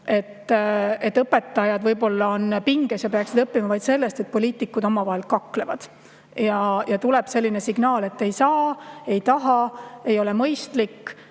et õpetajad võib-olla on pinges ja peaksid [eesti keelt] õppima, vaid sellest, et poliitikud omavahel kaklevad ja tuleb selline signaal, et ei saa, ei taha, ei ole mõistlik.